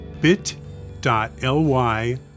bit.ly